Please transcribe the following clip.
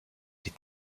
est